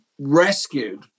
rescued